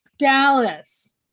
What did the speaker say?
Dallas